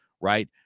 right